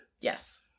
Yes